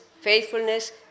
faithfulness